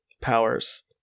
powers